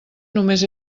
només